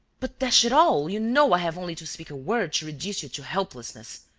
but, dash it all, you know i have only to speak a word to reduce you to helplessness!